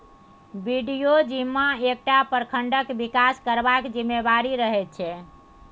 BDO जिम्मा एकटा प्रखंडक बिकास करबाक जिम्मेबारी रहैत छै